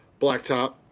Blacktop